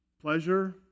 pleasure